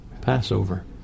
Passover